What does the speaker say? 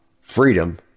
Freedom